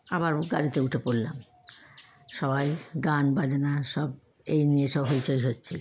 আবারও গাড়িতে উঠে পড়লাম সবাই গান বাজনা সব এই নিয়ে সব হইচই হচ্ছিল